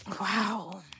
Wow